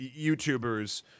YouTubers